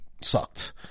sucked